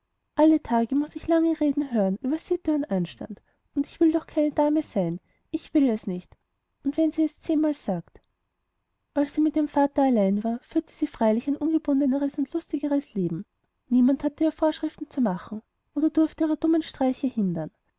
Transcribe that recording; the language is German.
alle tage muß ich lange reden hören über sitte und anstand und ich will doch keine dame sein ich will es nicht und wenn sie es zehnmal sagt als sie mit ihrem vater noch allein war führte sie freilich ein ungebundeneres und lustigeres leben niemand hatte ihr vorschriften zu machen oder durfte ihre dummen streiche hindern